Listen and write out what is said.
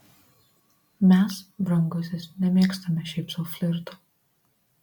mes brangusis nemėgstame šiaip sau flirto